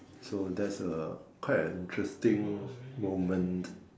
so that's a quite an interesting moment